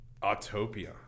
Autopia